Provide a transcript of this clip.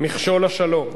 הוא מכשול לשלום.